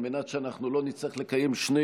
על מנת שאנחנו לא נצטרך לקיים שני